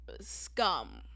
scum